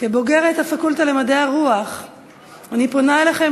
כבוגרת הפקולטה למדעי הרוח אני פונה אליכם,